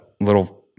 little